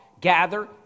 gather